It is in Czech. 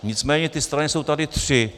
Nicméně ty strany jsou tady tři.